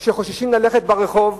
קיימים אנשים שחוששים ללכת ברחוב,